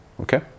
Okay